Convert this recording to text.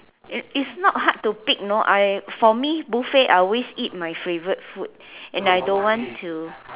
is not hard to pick you know I for me buffet I always eat my favorite food and I don't want to